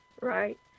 right